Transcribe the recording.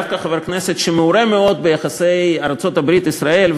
דווקא חבר הכנסת שמעורה מאוד ביחסי ארצות-הברית ישראל,